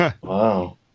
Wow